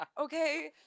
okay